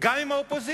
גם עם האופוזיציה?